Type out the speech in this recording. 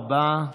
תודה רבה,